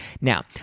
Now